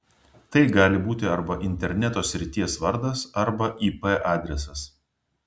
tai gali būti arba interneto srities vardas arba ip adresas